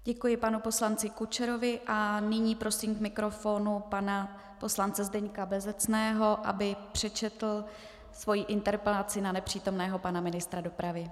Děkuji panu poslanci Kučerovi a nyní prosím k mikrofonu pana poslance Zdeňka Bezecného, aby přečetl svoji interpelaci na nepřítomného pana ministra dopravy.